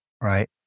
Right